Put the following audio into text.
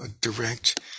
direct